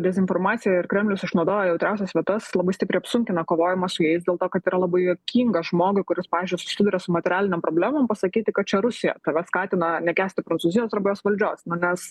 dezinformacija ir kremlius išnaudoja jautriausias vietas labai stipriai apsunkina kovojimą su jais dėl to kad yra labai juokinga žmogui kuris pavyzdžiui susiduria su materialinėm problemom pasakyti kad čia rusija tave skatina nekęsti prancūzijos arba jos valdžios na nes